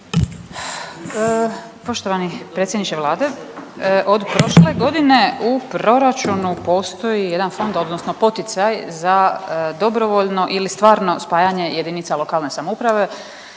Poštovani predsjedniče Vlade, od prošle godine u proračunu postoji jedan fond, odnosno poticaj za dobrovoljno ili stvarno spajanje jedinica lokalne samouprave